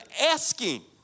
asking